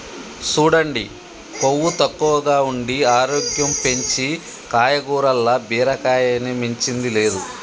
సూడండి కొవ్వు తక్కువగా ఉండి ఆరోగ్యం పెంచీ కాయగూరల్ల బీరకాయని మించింది లేదు